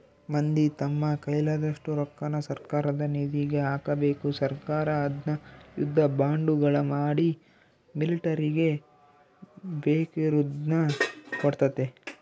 ಮಂದಿ ತಮ್ಮ ಕೈಲಾದಷ್ಟು ರೊಕ್ಕನ ಸರ್ಕಾರದ ನಿಧಿಗೆ ಹಾಕಬೇಕು ಸರ್ಕಾರ ಅದ್ನ ಯುದ್ಧ ಬಾಂಡುಗಳ ಮಾಡಿ ಮಿಲಿಟರಿಗೆ ಬೇಕಿರುದ್ನ ಕೊಡ್ತತೆ